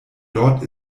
dort